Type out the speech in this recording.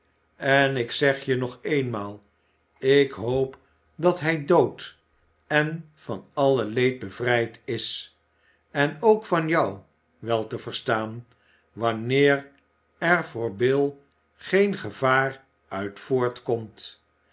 en ik zeg je nog eenmaal ik hoop dat hij dood en van alle leed bevrijd is en ook van jou wel te verstaan wanneer er voor bill geen gevaar uit voortkomt